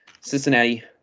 Cincinnati